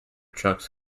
trucks